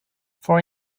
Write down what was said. for